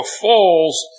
falls